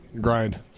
grind